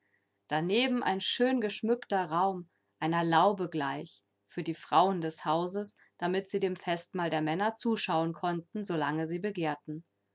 daneben ein schön geschmückter raum einer laube gleich für die frauen des hauses damit sie dem festmahl der männer zuschauen konnten solange sie begehrten